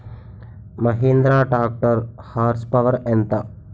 Mahindra tractor horse power ఎంత?